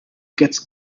gets